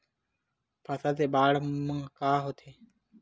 फसल से बाढ़े म का होथे?